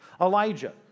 Elijah